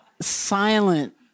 silent